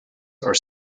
are